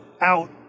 out